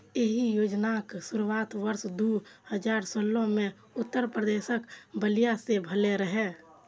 एहि योजनाक शुरुआत वर्ष दू हजार सोलह मे उत्तर प्रदेशक बलिया सं भेल रहै